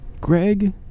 Greg